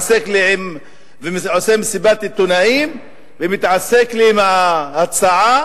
עושה מסיבת עיתונאים ומתעסק לי עם ההצעה